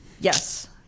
Yes